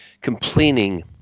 complaining